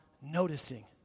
noticing